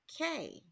okay